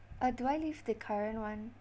uh do I leave the current one